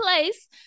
place